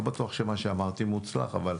לא בטוח שמה שאמרתי הוא מוצלח, אבל